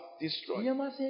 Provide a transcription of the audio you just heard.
Destroyed